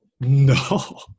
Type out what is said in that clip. No